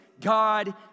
God